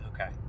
Okay